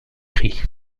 cris